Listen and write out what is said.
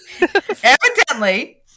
Evidently